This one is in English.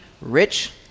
rich